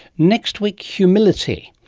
next week humility.